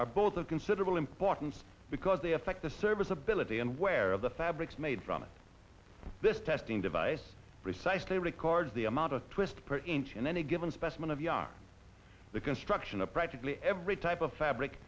are both of considerable importance because they affect this serviceability and wear of the fabrics made from this testing device precisely records the amount of twist per inch in any given specimen of young the construction of practically every type of fabric